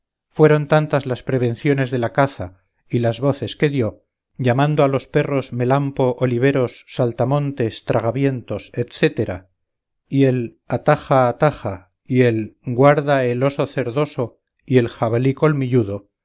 fueron tantas las prevenciones de la caza y las voces que dió llamando a los perros melampo oliveros saltamontes tragavientos etcétera y el ataja ataja y el guarda el oso cerdoso y el jabalí colmilludo